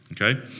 okay